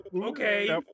Okay